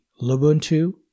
lubuntu